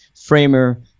Framer